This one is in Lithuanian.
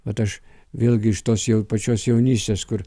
vat aš vėlgi iš tos jau pačios jaunystės kur